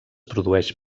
produeix